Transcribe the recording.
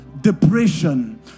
depression